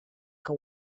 que